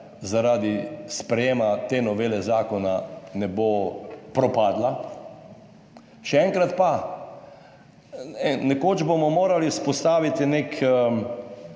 zaradi sprejema te novele zakona ne bo propadla. Še enkrat pa, nekoč bomo morali vzpostaviti neki